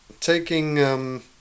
taking